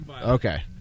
Okay